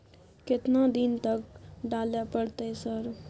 केतना दिन तक डालय परतै सर?